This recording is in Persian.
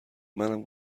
منم